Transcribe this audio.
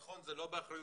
אני רוצה להמשיך.